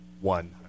one